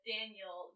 Daniel